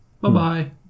Bye-bye